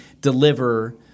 deliver